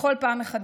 בכל פעם מחדש.